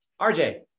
rj